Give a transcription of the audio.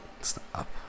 Stop